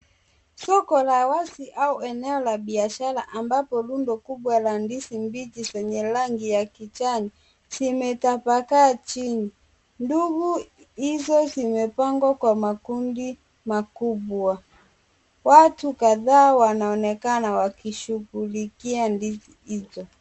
Soko la wazi au eneo la biashara ambapo rundo kubwa la ndizi mbichi, zenye rangi ya kijani zimetapakaa chini. Ndugu hizo zimepangwa kwa makundi makubwa. Watu kadhaa wanaonekana wakishughulikia ndizi hizo.